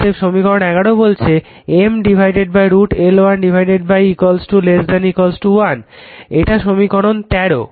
অতএব সমীকরণ 11 বলা আছে যে M √ L1 1 এটা হলো সমীকরণ 13